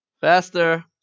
Faster